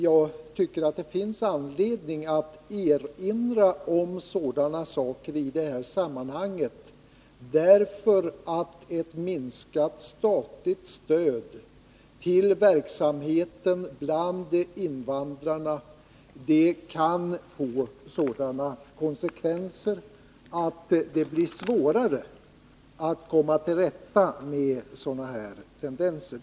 Jag tycker att det finns anledning att erinra om sådana saker i det här sammanhanget, därför att ett minskat statligt stöd till verksamheten bland invandrarna kan få sådana konsekvenser, att det blir svårare att komma till rätta med tendenser av detta slag.